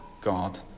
God